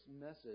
message